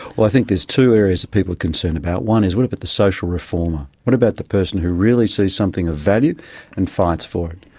i think there's two areas that people are concerned about. one is what about the social reformer? what about the person who really sees something of value and fights for it?